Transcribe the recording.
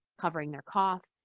covering their cough,